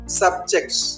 subjects